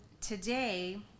today